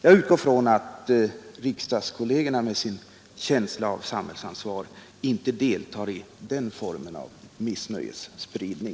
Jag utgår från att riksdagskollegerna med sin känsla av samhällsansvar inte deltar i den formen av missnöjesspridning.